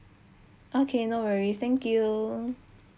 okay no worries thank you